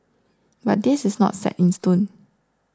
but this is not set in stone